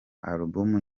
album